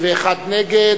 ונגד,